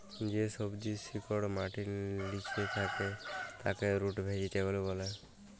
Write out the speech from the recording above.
যে সবজির শিকড় মাটির লিচে থাক্যে তাকে রুট ভেজিটেবল ব্যলে